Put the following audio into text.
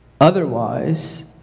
Otherwise